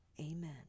Amen